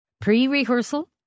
Pre-rehearsal